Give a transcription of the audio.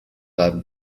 five